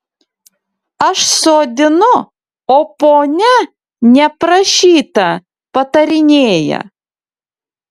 aš sodinu o ponia neprašyta patarinėja